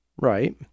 right